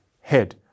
head